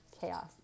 chaos